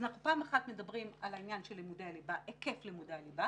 פעם אחת אנחנו מדברים על עניין היקף לימודי הליבה